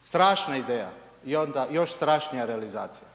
strašna ideja i onda još strašnija realizacija.